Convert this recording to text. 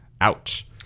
Ouch